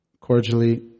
cordially